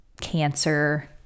cancer